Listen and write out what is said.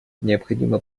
необходимо